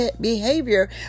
behavior